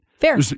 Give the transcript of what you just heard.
Fair